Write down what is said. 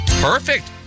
Perfect